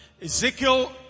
Ezekiel